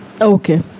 Okay